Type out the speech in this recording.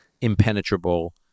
impenetrable